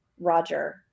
Roger